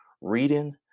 reading